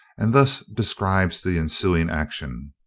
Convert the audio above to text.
and thus describes the ensuing action